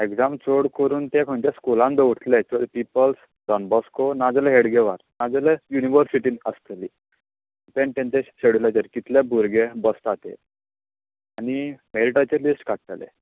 exam चड करून ते खंयचे स्कुलान दवरतले पिपल्स डॉन बॉस्को ना जाल्यार हेडगेवार ना जाल्यार युनिवर्सिटीन आसतली ते तेंचे शेड्यूलाचेर म्हणजे कितले भुरगें बसता ते आनी मॅरिटाचेर लिस्ट काडटले